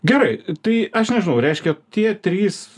gerai tai aš nežinau reiškia tie trys